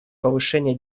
повышение